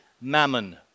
mammon